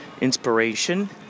inspiration